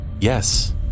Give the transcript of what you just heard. yes